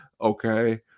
okay